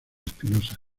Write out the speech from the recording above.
espinosas